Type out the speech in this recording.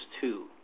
two